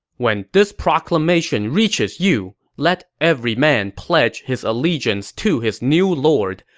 when this proclamation reaches you, let every man pledge his allegiance to his new lord.